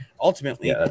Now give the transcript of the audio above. Ultimately